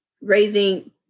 raising